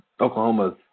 Oklahoma's